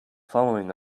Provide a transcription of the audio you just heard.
following